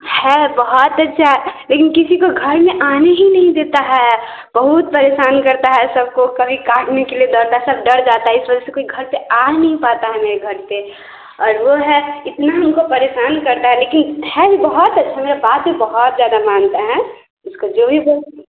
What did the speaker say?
है बहुत अच्छा है लेकिन किसी को घर में आने ही नहीं देता है बहुत परेशान करता है सबको कभी काटने के लिए दौड़ता है सब डर जाते हैं इस वजह से घर पर आ ही नहीं पाता है मेरे घर पर और वह है इतना हमको परेशान करता है लेकिन है यह बहुत अच्छा मेरा बात भी बहुत ज़्यादा मानता हैं उसको जो भी बोल